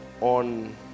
on